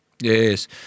Yes